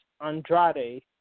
Andrade